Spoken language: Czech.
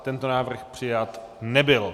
Tento návrh přijat nebyl.